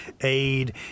aid